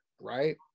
right